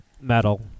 Metal